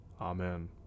Amen